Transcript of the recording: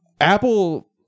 apple